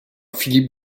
philipp